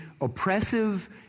oppressive